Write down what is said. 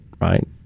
right